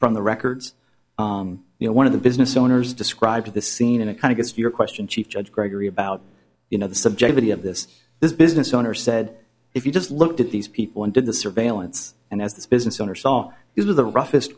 from the records you know one of the business owners described the scene in a kind of gets your question chief judge gregory about you know the subjectivity of this this business owner said if you just looked at these people and did the surveillance and as this business owner saw these are the roughest